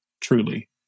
truly